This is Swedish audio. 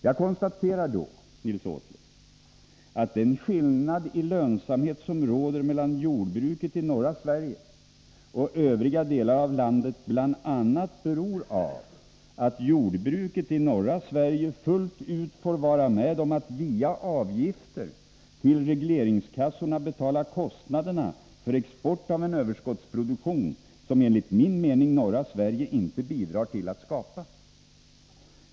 Jag konstaterar, Nils Åsling, att den skillnad i lönsamhet som råder mellan jordbruket i norra Sverige och övriga delar av landet bl.a. beror av att jordbruket i norra Sverige fullt ut får vara med om att via avgifter till regleringskassorna betala kostnaderna för export av en överskottsproduktion som, enligt min mening, norra Sverige inte bidrar till att skapa.